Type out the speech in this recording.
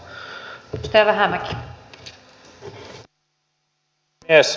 kunnioitettu puhemies